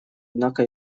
однако